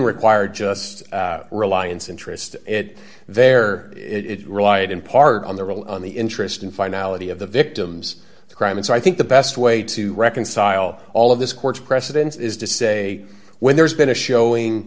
require just reliance interest it there it relied in part on the role on the interest in finality of the victims of crime and so i think the best way to reconcile all of this court's precedents is to say when there's been a showing